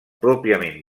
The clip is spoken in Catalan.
pròpiament